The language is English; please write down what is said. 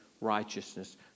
righteousness